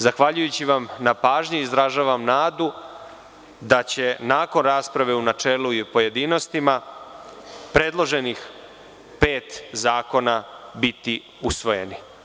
Zahvaljujući vam na pažnji, izražavam nadu da će nakon rasprave u načelu i u pojedinostima, predloženih pet zakona biti usvojeno.